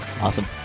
Awesome